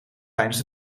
tijdens